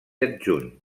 adjunt